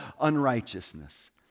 unrighteousness